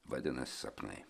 vadinasi sapnai